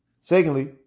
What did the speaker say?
Secondly